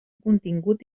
contingut